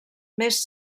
més